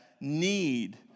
need